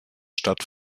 stadt